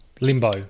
Limbo